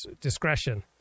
discretion